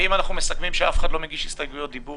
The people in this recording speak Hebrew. האם אנחנו מסכמים שאף אחד לא מגיש הסתייגויות דיבור?